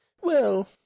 Well